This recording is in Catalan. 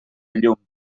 llum